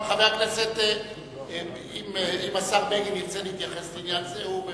אם השר בגין ירצה להתייחס לעניין זה, הוא בהחלט,